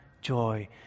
joy